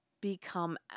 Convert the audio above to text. become